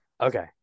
Okay